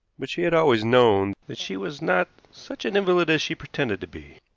but she had always known that she was not such an invalid as she pretended to be.